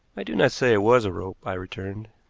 i do not say it was a rope, i returned.